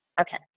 okay